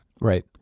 Right